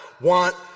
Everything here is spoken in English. want